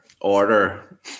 order